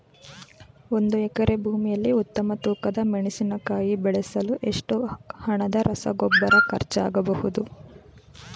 ಒಂದು ಎಕರೆ ಭೂಮಿಯಲ್ಲಿ ಉತ್ತಮ ತೂಕದ ಮೆಣಸಿನಕಾಯಿ ಬೆಳೆಸಲು ಎಷ್ಟು ಹಣದ ರಸಗೊಬ್ಬರ ಖರ್ಚಾಗಬಹುದು?